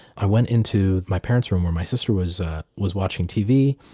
i went into my parents' room, where my sister was ah was watching tv.